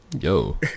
Yo